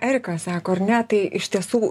erika sako ar ne tai iš tiesų